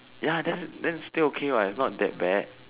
ya then then still okay what it's not that bad